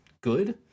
good